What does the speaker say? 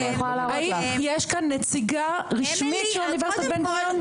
האם יש כאן נציגה רשמית של אוניברסיטת בן גוריון?